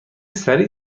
سریع